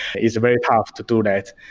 it's very hard to do that.